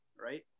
right